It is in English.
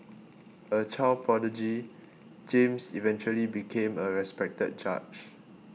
a child prodigy James eventually became a respected judge